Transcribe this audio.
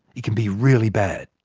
it can be really bad.